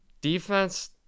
Defense